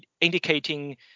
indicating